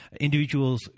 Individuals